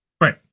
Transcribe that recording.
Right